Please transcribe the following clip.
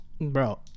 bro